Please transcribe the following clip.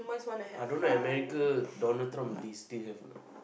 I don't know America Donald-Trump they still have or not